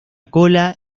cola